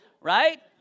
right